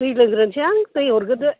दै लोंग्रोनसैहां दै हरग्रोदो